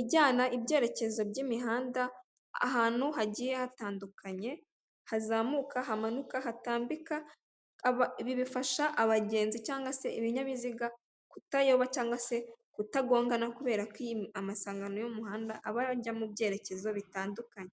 ijyana ibyerekezo by'imihanda ahantu hagiye hatandukanye, hazamuka, hamanuka hatambika, ibi bifasha abagenzi cg se ibinyabiziga kutayoba cg se kutagongana kubera ko amasangano y'umuhanda abajya mu byerekezo bitandukanye.